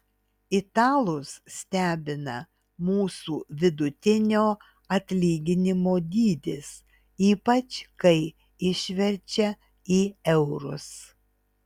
italus stebina mūsų vidutinio atlyginimo dydis ypač kai išverčia į eurus